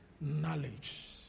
knowledge